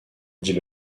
dit